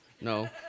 no